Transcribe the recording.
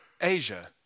Asia